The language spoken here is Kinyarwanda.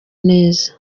neza